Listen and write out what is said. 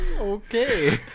Okay